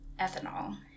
ethanol